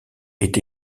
est